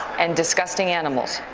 and disgusting animals.